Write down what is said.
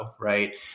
Right